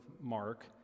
Mark